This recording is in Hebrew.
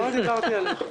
אני לא מדבר עליך.